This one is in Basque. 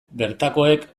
bertakoek